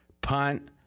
Punt